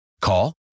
Call